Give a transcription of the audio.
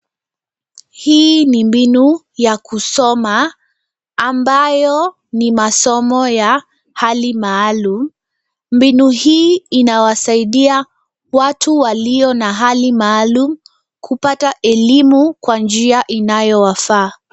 Hii ni mbinu ya kusoma ambayo ni masomo ya hali maalum. Mbinu hii inawasaidia watu walio na hali maalum kupata elimu kwa njia inayowafaa.